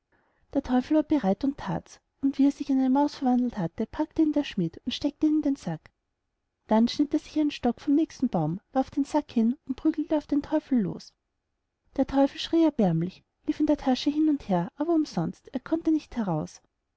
der teufel war bereit und thats und wie er sich in eine maus verwandelt hatte packte ihn der schmid und steckte ihn in den sack dann schnitt er sich einen stock von dem nächsten baum warf den sack hin und prügelte auf den teufel los der teufel schrie erbärmlich lief in der tasche hin und her aber umsonst er konnte nicht heraus